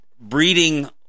breeding